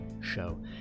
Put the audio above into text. show